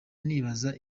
nibaza